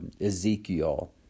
Ezekiel